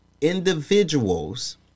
individuals